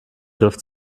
griff